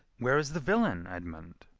where is the villain, edmund?